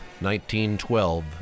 1912